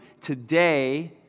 today